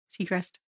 Seacrest